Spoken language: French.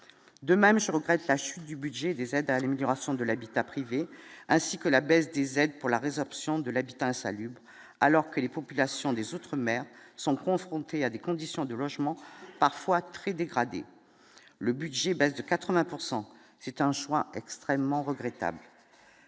de même je regrette la chute du budget des aides à l'immigration de l'habitat privé ainsi que la baisse des aides pour la résorption de l'habitat insalubre, alors que les populations des outre-mer sont confrontés à des conditions de logement parfois très dégradé le budget baisse de 80 pourcent c'est un choix extrêmement regrettable